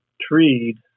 treed